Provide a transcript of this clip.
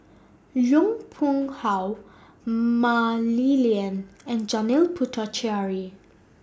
Yong Pung How Mah Li Lian and Janil Puthucheary